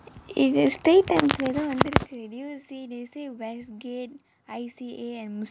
இது:ithu Straits Times leh தான் வந்தச்சு:thaan vanthuchu did you see they say westgate I_C_A and mustafa